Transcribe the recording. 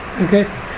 Okay